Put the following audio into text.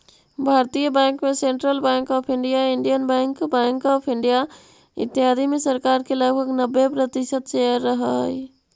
भारतीय बैंक में Central Bank of India, Indian Bank, Bank of India, इत्यादि में सरकार के लगभग नब्बे प्रतिशत शेयर हइ